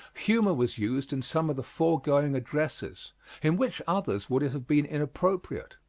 humor was used in some of the foregoing addresses in which others would it have been inappropriate?